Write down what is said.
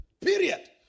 Period